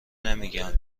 نمیگم